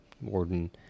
warden